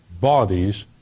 bodies